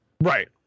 Right